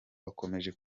bakomeje